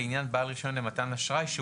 לעניין בעל רישיון למתן אשראי,